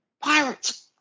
pirates